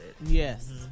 Yes